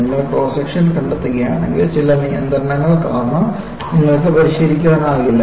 നിങ്ങൾ cross section കണ്ടെത്തുകയാണെങ്കിൽ ചില നിയന്ത്രണങ്ങൾ കാരണം നിങ്ങൾക്ക് പരിഷ്കരിക്കാനാവില്ല